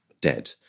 dead